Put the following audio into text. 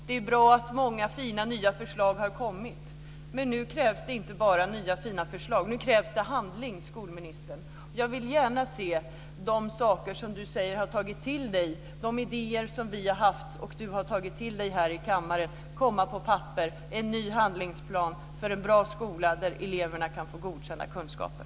Det är bra att många fina nya förslag har kommit. Men nu krävs det inte bara nya, fina förslag. Nu krävs det handling, skolministern! Jag vill gärna se de saker som statsrådet säger att hon har tagit till sig, de idéer som vi har haft och som hon säger att hon har tagit till sig här i kammaren, komma på papper. Jag vill se en ny handlingsplan för en ny skola där eleverna kan få godkända kunskaper.